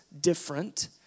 different